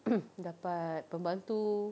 dapat pembantu